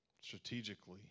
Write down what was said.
strategically